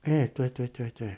哎对对对对